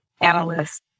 analyst